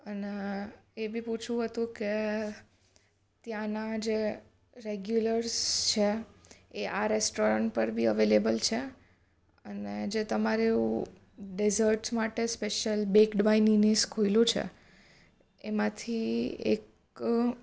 અને એ બી પૂછવું હતુ કે ત્યાંના જે રેગ્યુલર્સ છે એ આ રેસ્ટોરન્ટ પર બી અવેલેબલ છે અને જે તમારું ડિઝર્ટસ માટે સ્પેસ્યલ બેક્ડ બાય નીનીસ ખૂલ્યું છે એમાંથી એક